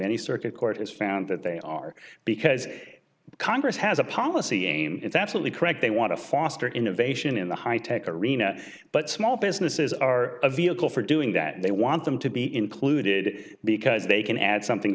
circuit court has found that they are because congress has a policy aim it's absolutely correct they want to foster innovation in the high tech arena but small businesses are a vehicle for doing that they want them to be included because they can add something